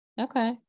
Okay